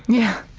yeah,